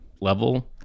level